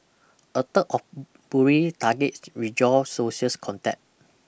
a third of bullied targets withdraw social contact